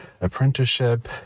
apprenticeship